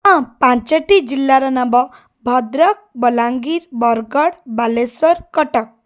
ହଁ ପାଞ୍ଚଟି ଜିଲ୍ଲାର ନାମ ଭଦ୍ରକ ବଲାଙ୍ଗୀର ବରଗଡ଼ ବାଲେଶ୍ୱର କଟକ